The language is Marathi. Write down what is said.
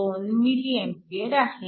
2 mA आहे